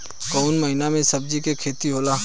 कोउन महीना में सब्जि के खेती होला?